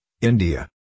India